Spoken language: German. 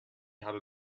habe